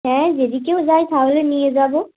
হ্যাঁ যদি কেউ যায় তাহলে নিয়ে যাবো